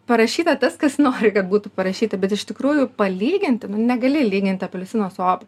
parašyta tas kas nori kad būtų parašyti bet iš tikrųjų palyginti nu negali lyginti apelsino su obuoliu